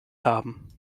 haben